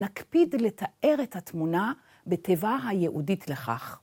להקפיד ולתאר את התמונה בתיבה היעודית לכך.